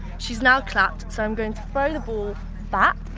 she's now clapped, so i'm going to throw the ball back.